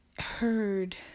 heard